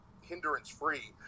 hindrance-free